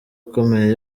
ikomeye